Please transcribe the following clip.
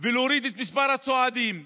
ולהוריד את מספר הסועדים במסעדות,